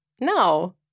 No